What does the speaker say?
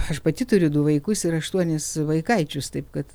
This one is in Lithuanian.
aš pati turiu du vaikus ir aštuonis vaikaičius taip kad